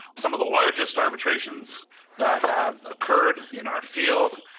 some of the largest arbitrations that have occurred in our field.